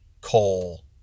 coal